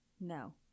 No